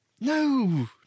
No